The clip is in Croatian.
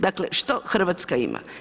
Dakle, što Hrvatska ima?